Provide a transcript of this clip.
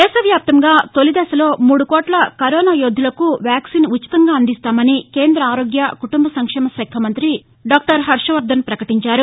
దేశవ్యాప్తంగా తొలిదశలో మూడు కోట్ల కరోనా యోధులకు వ్యాక్సిన్ ఉచితంగా అందిస్తామని కేంద్ర ఆరోగ్య కుటుంబ సంక్షేమశాఖ మంతి డాక్టర్ హర్షవర్దన్ పకటించారు